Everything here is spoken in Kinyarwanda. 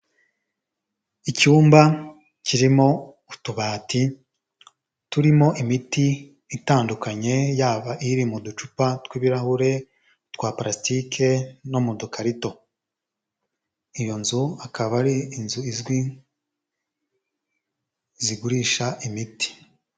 Icyumba kirimo utubati turimo imiti itandukanye, yaba iri mu ducupa tw'ibirahure, twa parasitike no mu dukarito, iyo nzu akaba ari inzu izwi, zigurisha imiti.